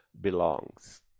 belongs